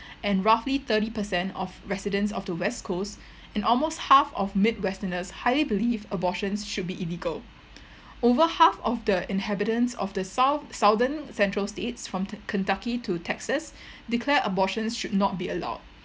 and roughly thirty percent of residents of the west coast and almost half of mid westerners highly believe abortion should be illegal over half of the inhabitants of the sout~ southern central states from t~ Kentucky to Texas declare abortions should not be allowed